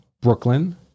Brooklyn